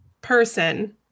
person